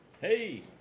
Hey